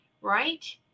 right